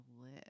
live